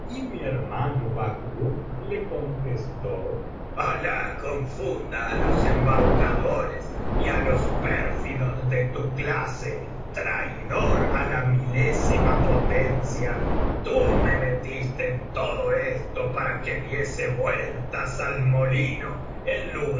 mi hermano bacbuk le contestó alah confunda á los embaucadores y á los pérfidos de tu clase traidor á la milésima potencia tú me metiste en todo esto para que diese vueltas al molino en